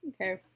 Okay